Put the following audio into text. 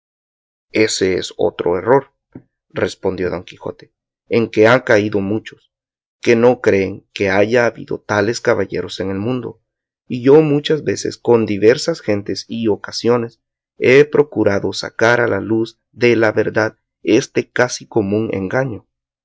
ése es otro error respondió don quijote en que han caído muchos que no creen que haya habido tales caballeros en el mundo y yo muchas veces con diversas gentes y ocasiones he procurado sacar a la luz de la verdad este casi común engaño